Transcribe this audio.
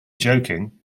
joking